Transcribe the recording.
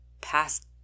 past